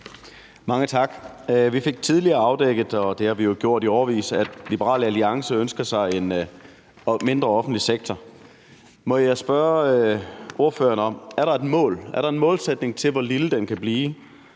Mange tak. Vi fik tidligere afdækket – og det har vi jo gjort i årevis – at Liberal Alliance ønsker sig en mindre offentlig sektor. Må jeg spørge ordføreren: Er der en målsætning for, hvor lille den kan blive?